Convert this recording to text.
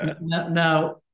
now